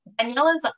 Daniela's